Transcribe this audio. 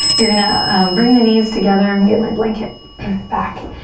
you're gonna um bring the knees together. and get my blanket back.